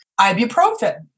ibuprofen